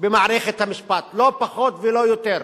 במערכת המשפט, לא פחות ולא יותר.